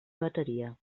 bateria